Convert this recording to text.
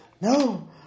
No